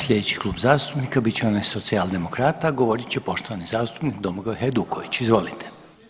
Slijedeći Klub zastupnika bit će onaj Socijaldemokrata, a govorit će poštovani zastupnik Domagoj Hajduković, izvolite.